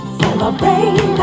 celebrate